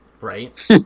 Right